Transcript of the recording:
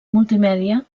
multimèdia